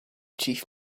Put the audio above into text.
chief